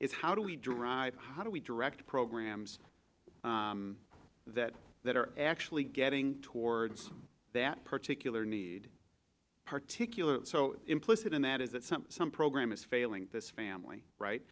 is how do we drive how do we direct programs that that are actually getting towards that particular need particularly so implicit in that is that some some program is failing this family right